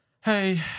hey